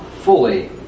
fully